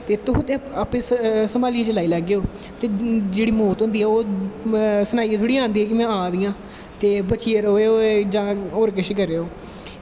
ते तुस आपैं संभालियै चलाई लैग्गेओ ते जेह्ड़ी मौत होंदी ऐ ओह् सनाईयै थोड़ी आंदी ऐ कि में आ दी आं ते बडियै रवेयो जां कुश करेओ